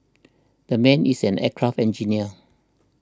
the man is an aircraft engineer